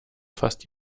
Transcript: fast